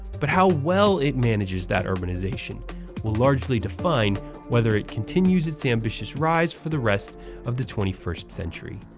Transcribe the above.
but how well it manages that urbanization will largely define whether it continues its ambitious rise for the rest of the twenty first century.